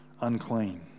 unclean